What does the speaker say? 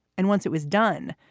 and once it was done,